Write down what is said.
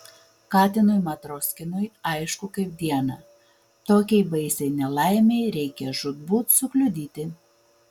katinui matroskinui aišku kaip dieną tokiai baisiai nelaimei reikia žūtbūt sukliudyti